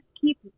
keep